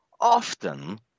often